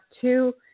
two